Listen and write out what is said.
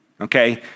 okay